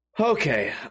Okay